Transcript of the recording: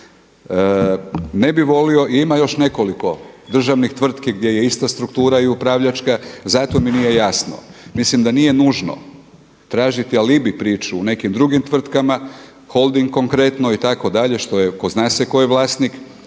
Ne bi volio, ima još nekoliko državnih tvrtki gdje je ista struktura i upravljačka zato mi nije jasno. Mislim da nije nužno tražiti alibij … u nekim drugim tvrtkama, Holding konkretno itd. što je zna se tko je vlasnik.